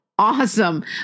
Awesome